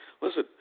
Listen